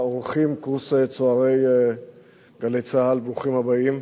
האורחים, קורס צוערי "גלי צה"ל", ברוכים הבאים.